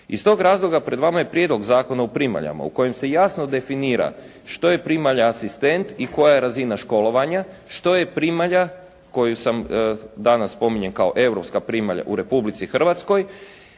Iz tog razloga pred vama je Prijedlog zakona o primaljama u kojem se jasno definira što je primalja asistent i koja je razina školovanja. Što je primalja koju sam, danas spominjem kao europska primalja u Republici Hrvatskoj,